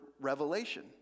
revelation